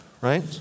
right